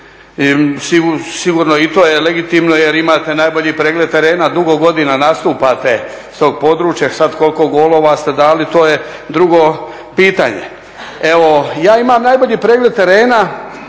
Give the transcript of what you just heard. sigurno i to je legitimno jer imate najbolji pregled terena, dugo godina nastupate s tog područja, sad koliko golova ste dali, to je drugo pitanje. Evo, ja imam najbolji pregled terena